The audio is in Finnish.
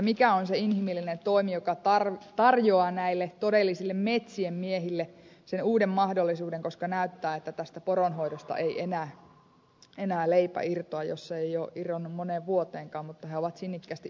mikä on se inhimillinen toimi joka tarjoaa näille todellisille metsien miehille sen uuden mahdollisuuden koska näyttää että tästä poronhoidosta ei enää leipä irtoa jos ei ole irronnut moneen vuoteenkaan vaikka he ovat sinnikkäästi yrittäneet